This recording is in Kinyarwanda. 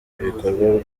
ibikorerwa